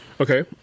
Okay